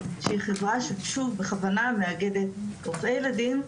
שהיא חברה ששוב בכוונה מאגדת רופאי ילדים,